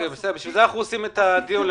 בגלל זה אנחנו מקיימים את הדיון,